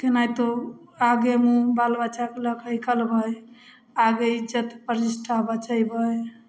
केनहैतो आगे मुँह बाल बच्चाके लऽ के निकलबै आगे इज्जत प्रतिष्ठा बचैबै